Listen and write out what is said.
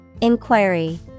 Inquiry